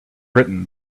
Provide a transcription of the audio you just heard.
written